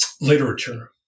literature